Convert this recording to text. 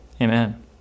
amen